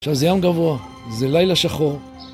עכשיו זה ים גבוה, זה לילה שחור